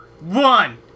one